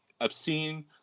obscene